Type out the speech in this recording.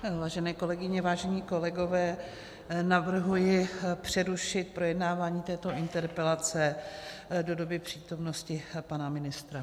Vážené kolegyně, vážení kolegové, navrhuji přerušit projednávání této interpelace do doby přítomnosti pana ministra.